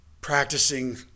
practicing